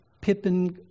Pippin